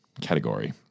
category